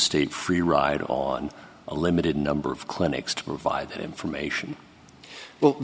state free ride on a limited number of clinics to provide that information well